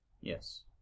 Yes